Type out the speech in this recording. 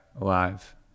alive